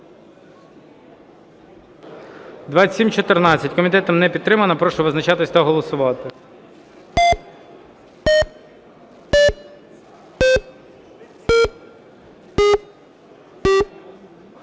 2895 комітетом не підтримана. Прошу визначатися та голосувати.